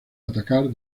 atacar